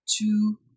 two